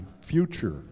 future